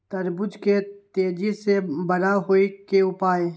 तरबूज के तेजी से बड़ा होय के उपाय?